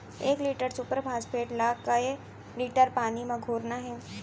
एक litre super phosphate ला कए लीटर पानी मा घोरना हे?